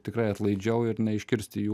tikrai atlaidžiau ir neiškirsti jų